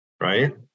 right